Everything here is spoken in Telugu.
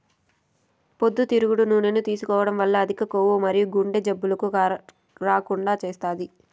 పొద్దుతిరుగుడు నూనెను తీసుకోవడం వల్ల అధిక కొవ్వు మరియు గుండె జబ్బులను రాకుండా చేస్తాది